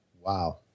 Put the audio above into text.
wow